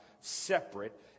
separate